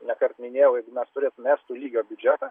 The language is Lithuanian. nekart minėjau jeigu mes turėtume estų lygio biudžetą